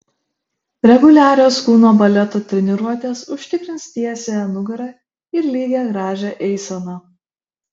reguliarios kūno baleto treniruotės užtikrins tiesią nugarą ir lygią gražią eiseną